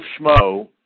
Schmo